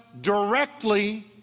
directly